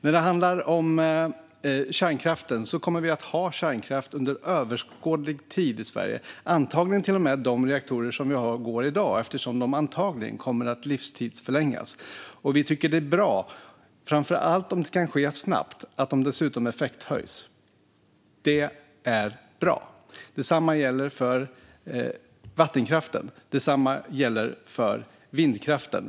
När det handlar om kärnkraften kommer vi att ha kärnkraft under överskådlig tid i Sverige, antagligen till och med de reaktorer som går i dag eftersom de antagligen kommer att livstidsförlängas. Vi tycker att det är bra att de dessutom effekthöjs, framför allt om det kan ske snabbt. Det är bra. Detsamma gäller för vattenkraften och för vindkraften.